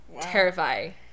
terrifying